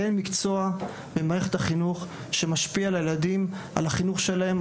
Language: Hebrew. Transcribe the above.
אין מקצוע במערכת החינוך שמשפיע על החינוך של הילדים,